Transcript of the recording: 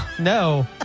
No